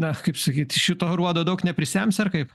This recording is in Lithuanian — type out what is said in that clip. na kaip sakyt iš šito aruodo daug neprisemsi ar kaip